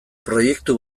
proiektu